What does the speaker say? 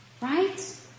Right